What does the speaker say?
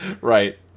Right